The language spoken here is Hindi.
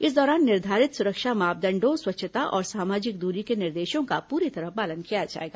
इस दौरान निर्धारित सुरक्षा मापदण्डों स्वच्छता और सामाजिक दूरी के निर्देशों का पूरी तरह पालन किया जाएगा